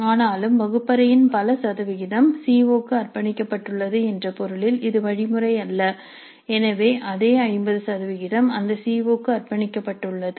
ஆனாலும் வகுப்பறையின் பல சதவிகிதம் சி ஓ க்கு அர்ப்பணிக்கப்பட்டுள்ளது என்ற பொருளில் இது வழிமுறை அல்ல எனவே அதே 50 சதவீதம் அந்த சி ஓ க்கு அர்ப்பணிக்கப்பட்டுள்ளது